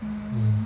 yeah